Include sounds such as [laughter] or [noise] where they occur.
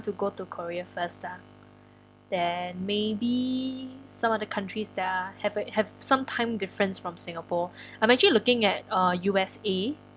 to go to korea first lah then maybe some other countries that are have a have some time difference from singapore [breath] I'm actually looking at uh U_S_A